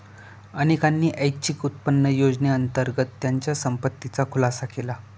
अनेकांनी ऐच्छिक उत्पन्न योजनेअंतर्गत त्यांच्या संपत्तीचा खुलासा केला